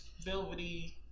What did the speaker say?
Velvety